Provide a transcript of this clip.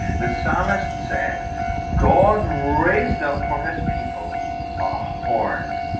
the psalmist said god. raised up for his people a horn.